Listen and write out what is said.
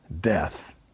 death